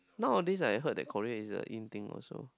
nowadays I heard the Korea is the in thing also